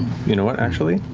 you know what, actually?